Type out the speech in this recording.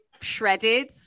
shredded